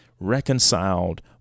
reconciled